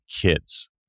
kids